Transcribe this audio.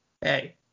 Hey